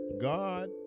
God